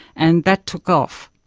and that took off.